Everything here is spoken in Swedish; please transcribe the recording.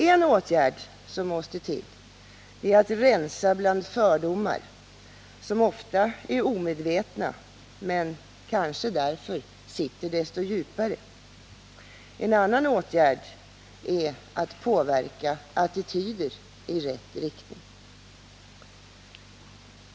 En åtgärd som måste till är att rensa bland fördomar, som ofta är omedvetna men som kanske därför sitter desto djupare. En annan åtgärd är att påverka attityder i rätt riktning.